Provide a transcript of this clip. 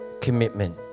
commitment